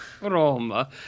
Roma